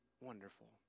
wonderful